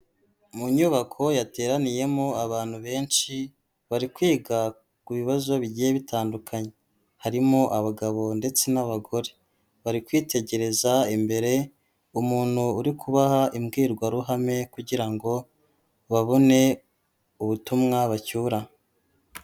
Mu nyubako yateraniyemo abantu benshi, barikwiga ku bibazo bigiye bitandukanye, harimo abagabo ndetse n'abagore, barikwitegereza imbere umuntu uri kubaha imbwirwaruhame kugira ngo babone ubutumwa bacyura.